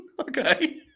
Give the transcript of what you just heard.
Okay